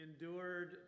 endured